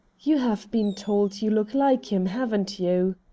you have been told you look like him, haven't you?